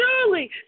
surely